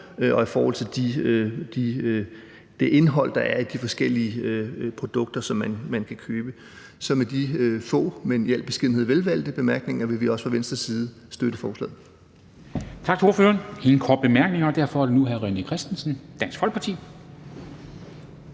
og i forhold til det indhold, der er i de forskellige produkter, som man kan købe. Så med de få, men i al beskedenhed velvalgte bemærkninger, vil vi også fra Venstres side støtte forslaget. Kl. 12:47 Formanden (Henrik Dam Kristensen): Tak til